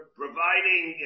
providing